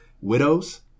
Widows